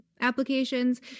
applications